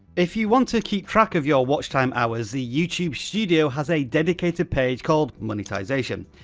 if you want to keep track of your watch time hours, the youtube studio has a dedicated page called monetization.